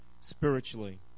spiritually